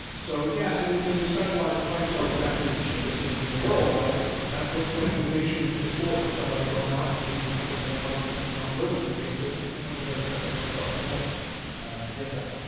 so, yeah, i mean you know these specialized clamps aren't exactly the cheapest things in the world, but that's what specialization is for, it's somebody going out and making something that other companies aren't willing to make, so sometimes you've got to spend a couple bucks more to get that.